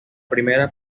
primera